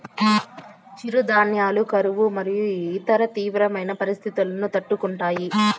చిరుధాన్యాలు కరువు మరియు ఇతర తీవ్రమైన పరిస్తితులను తట్టుకుంటాయి